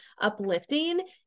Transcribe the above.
uplifting